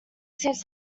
seems